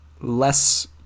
less